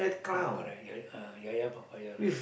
ya correct ya uh ya ya papaya lah